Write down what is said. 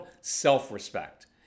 self-respect